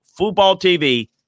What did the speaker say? footballtv